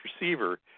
receiver